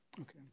Okay